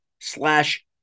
slash